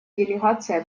делегация